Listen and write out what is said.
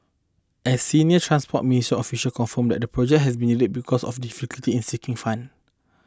a senior Transport Ministry official confirmed the project has been delayed because of a difficulty in seeking fund